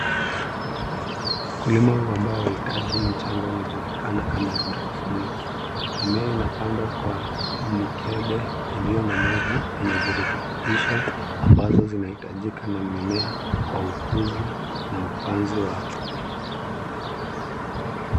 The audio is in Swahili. Ukulima huu ambao hauhitaji mchanga unajulikana kama [ haidrofoniki . Mimea inapandwa kwa mikebe iliyo na maji yenye virutubisho ambazo zinahitajika na mimea kwa ukuzi na upanzi wake.